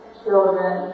children